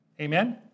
Amen